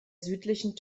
südlichen